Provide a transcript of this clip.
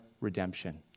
redemption